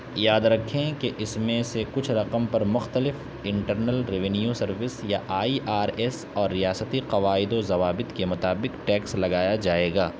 یاد رکھیں کہ اس میں سے کچھ رقم پر مختلف انٹرنل ریونیو سروس یا آئی آر ایس اور ریاستی قواعد و ضوابط کے مطابق ٹیکس لگایا جائے گا